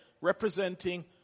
representing